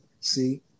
See